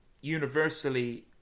universally